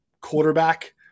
quarterback